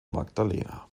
magdalena